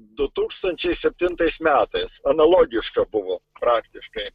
du tūkstančiai septintais metais analogiška buvo praktiškai